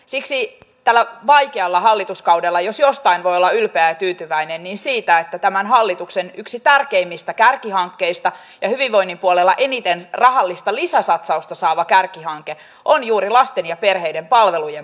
siksi jos jostain voi olla ylpeä ja tyytyväinen tällä vaikealla hallituskaudella niin siitä että yksi tämän hallituksen tärkeimmistä kärkihankkeista ja hyvinvoinnin puolella eniten rahallista lisäsatsausta saava kärkihanke on juuri lasten ja perheiden palvelujen muutosohjelma